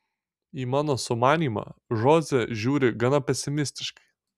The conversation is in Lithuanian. į mano sumanymą žoze žiūri gana pesimistiškai